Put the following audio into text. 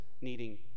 needing